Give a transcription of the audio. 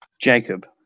Jacob